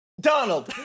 Donald